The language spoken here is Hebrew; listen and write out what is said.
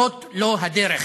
זאת לא הדרך.